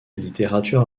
littérature